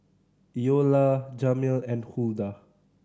Eola Jamel and Huldah